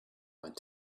went